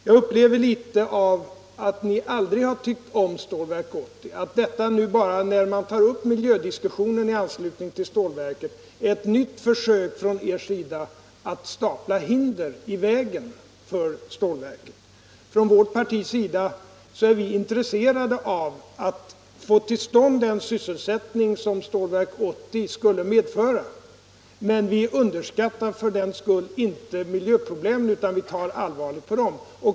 Jag har litet av en känsla av att ni aldrig har tyckt om Stålverk 80 och att det nu, när miljödiskussionen i anslutning till stålverket tas upp, är ett nytt försök från er sida att stapla hinder i vägen för stålverket. I vårt parti är vi intresserade av att få till stånd den sysselsättning som Stålverk 80 skulle medföra, men vi underskattar därför inte miljöproblemen, utan vi ser allvarligt på dem.